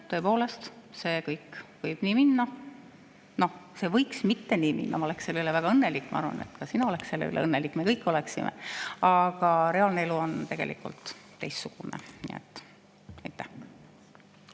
see kõik võib nii minna. See võiks mitte nii minna, ma oleksin selle üle väga õnnelik. Ma arvan, et ka sina oleksid selle üle õnnelik, me kõik oleksime. Aga reaalne elu on tegelikult teistsugune.